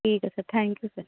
ਠੀਕ ਆ sir thank you sir